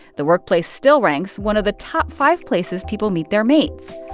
the workplace still ranks one of the top five places people meet their mates.